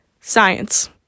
science